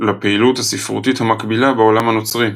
לפעילות הספרותית המקבילה בעולם הנוצרי.